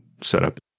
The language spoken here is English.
setup